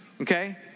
Okay